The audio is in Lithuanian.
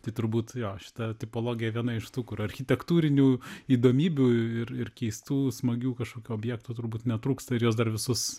tai turbūt jo šita tipologija viena iš tų kur architektūrinių įdomybių ir ir keistų smagių kažkokių objektų turbūt netrūksta ir juos dar visus